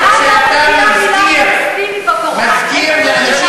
אחמד, איך הגיע